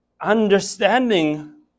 understanding